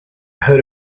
heard